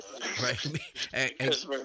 right